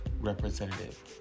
representative